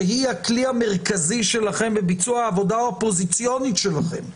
שהיא הכלי המרכזי שלכם בביצוע העבודה האופוזיציונית שלכם,